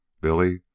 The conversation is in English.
Billy